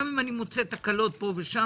גם אם אני מוצא תקלות פה ושם,